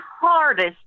hardest